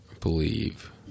believe